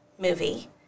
movie